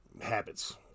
habits